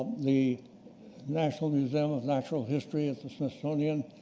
the national museum of natural history at the smithsonian,